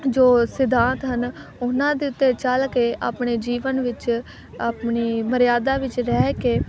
ਜੋ ਸਿਧਾਂਤ ਹਨ ਉਹਨਾਂ ਦੇ ਉੱਤੇ ਚੱਲ ਕੇ ਆਪਣੇ ਜੀਵਨ ਵਿੱਚ ਆਪਣੀ ਮਰਿਆਦਾ ਵਿੱਚ ਰਹਿ ਕੇ